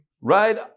Right